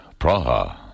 Praha